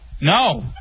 No